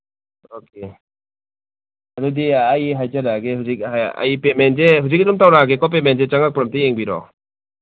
okay ꯑꯗꯨꯗꯤ ꯑꯩ ꯍꯥꯏꯖꯔꯛꯑꯒꯦ ꯍꯧꯖꯤꯛ ꯑꯩ ꯄꯦꯃꯦꯟꯁꯦ ꯍꯧꯖꯤꯛ ꯑꯗꯨꯝ ꯇꯧꯔꯛꯑꯒꯦꯀꯣ ꯄꯦꯃꯦꯟꯁꯦ ꯆꯪꯉꯛꯄ꯭ꯔꯥ ꯑꯝꯇ ꯌꯦꯡꯕꯤꯔꯛꯑꯣ